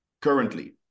currently